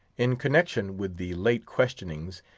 in connection with the late questionings,